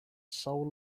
soul